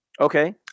Okay